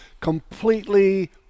completely